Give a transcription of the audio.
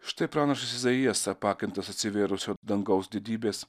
štai pranašas izaijas apakintas atsivėrusio dangaus didybės